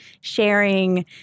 sharing